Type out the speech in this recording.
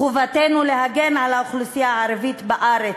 חובתנו להגן על האוכלוסייה הערבית בארץ,